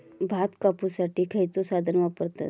भात कापुसाठी खैयचो साधन वापरतत?